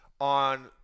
on